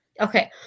Okay